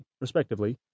respectively